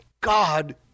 God